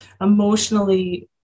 emotionally